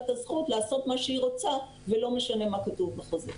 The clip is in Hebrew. את הזכות לעשות מה שהיא רוצה ולא משנה מה כתוב בחוזה.